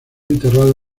enterrado